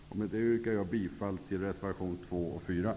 Med det anförda yrkar jag bifall till reservationerna